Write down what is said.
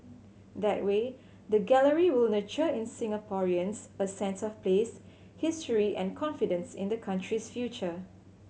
that way the gallery will nurture in Singaporeans a sense of place history and confidence in the country's future